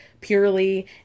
Purely